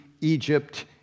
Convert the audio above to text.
Egypt